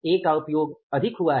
A का उपयोग अधिक हुआ है